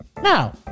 Now